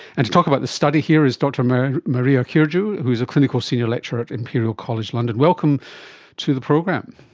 and to talk about this study here is dr maria maria kyrgiou who is a clinical senior lecturer at imperial college london. welcome to the program.